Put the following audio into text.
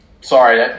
Sorry